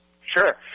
Sure